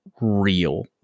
real